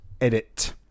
edit